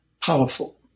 powerful